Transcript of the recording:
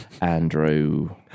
Andrew